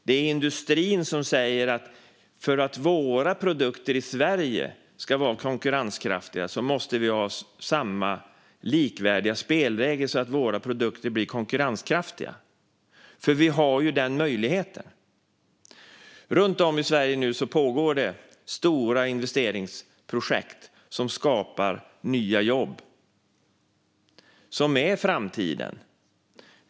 Det är industrin som säger: För att våra produkter i Sverige ska vara konkurrenskraftiga måste vi ha likvärdiga spelregler, för vi har ju den möjligheten. Runt om i Sverige pågår nu stora investeringsprojekt som skapar nya jobb och som är framtiden.